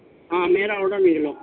ہاں میرا آڈر لے لو